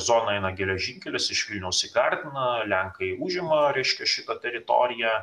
zoną eina geležinkelis iš vilniaus į gardiną lenkai užima reiškia šitą teritoriją